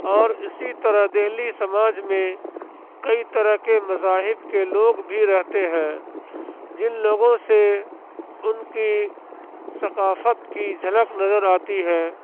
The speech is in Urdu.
اور اسی طرح دہلی سماج میں کئی طرح کے مذاہب کے لوگ بھی رہتے ہیں جن لوگوں سے ان کی ثقافت کی جھلک نظر آتی ہے